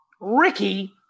Ricky